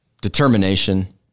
determination